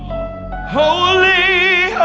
holy,